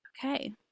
Okay